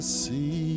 see